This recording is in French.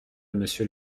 monsieur